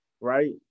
right